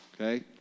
Okay